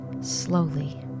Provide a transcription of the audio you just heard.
slowly